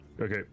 Okay